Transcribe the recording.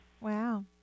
Wow